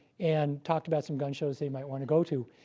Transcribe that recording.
and talked about some gun shows they might want to go to.